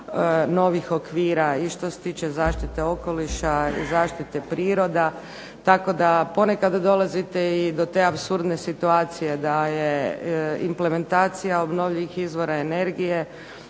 novih okvira i što se tiče zaštite okoliša, zaštite priroda tako da ponekad dolazite i do te apsurdne situacije da je implementacija obnovljivih izvora energije